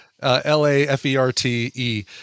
L-A-F-E-R-T-E